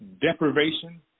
deprivation